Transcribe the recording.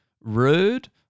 rude